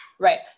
Right